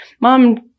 mom –